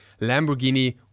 Lamborghini